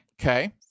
Okay